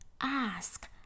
ask